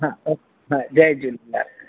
हा ओके हा जय झूलेलाल